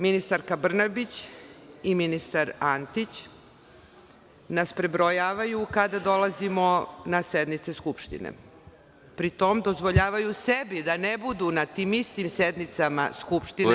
Ministarka Brnabić i ministar Antić nas prebrojavaju kada dolazimo na sednice Skupštine, a pri tome dozvoljavaju sebi da ne budu na tim istim sednicama Skupštine.